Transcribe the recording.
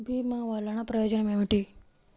భీమ వల్లన ప్రయోజనం ఏమిటి?